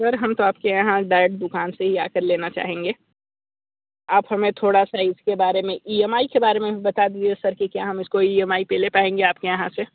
sir हम तो आपके यहाँ डायरेक्ट दुकान से ही आकर लेना चाहेंगे आप हमें थोड़ा सा इसके बारे में ईएमआई के बारे में भी बता दीजिए सर कि क्या हम इसको ईएमआई पे ले पाएंगे आपके यहाँ से